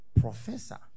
professor